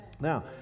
Now